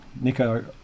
Nico